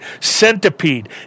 centipede